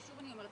ושוב אני אומרת,